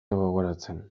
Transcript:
gogoratzen